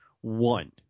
One